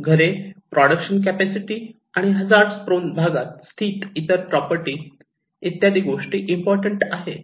घरे production capacity आणि hazard prone भागात स्थित इतर प्रॉपर्टी इत्यादी गोष्टी इम्पॉर्टंट आहे